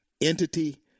entity